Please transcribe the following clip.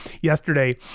yesterday